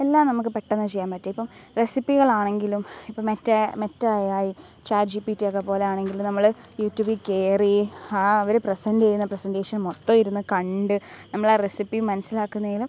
എല്ലാം നമുക്ക് പെട്ടെന്ന് ചെയ്യാൻപറ്റും ഇപ്പം റെസിപ്പികളാണെങ്കിലും ഇപ്പം മറ്റേ Meta A I chat G P റ്റിയൊക്കെ പോലെ ആണെങ്കിലും നമ്മൾ യൂട്യൂബിൽക്കയറി ആ അവർ പ്രെസൻ്റ് ചെയ്യുന്ന പ്രെസൻ്റേഷൻ മൊത്തം ഇരുന്ന് കണ്ട് നമ്മൾ ആ റെസിപ്പി മനസ്സിലാക്കുന്നതിന്